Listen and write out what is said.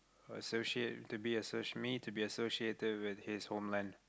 associate to be associ~ me to be associated with his homeland